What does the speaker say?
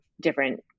different